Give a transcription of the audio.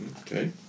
Okay